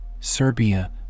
Serbia